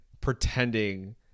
Pretending